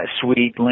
Sweet